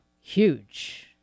Huge